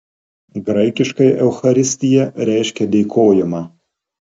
graikiškai eucharistija reiškia dėkojimą